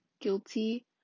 guilty